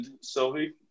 sylvie